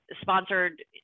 sponsored